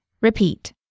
repeat